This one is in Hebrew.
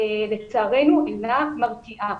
לצערנו אינה מרתיעה.